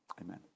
amen